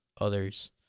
others